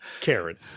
Karen